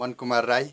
Mankumar Rai